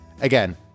Again